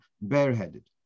bareheaded